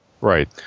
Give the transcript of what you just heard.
Right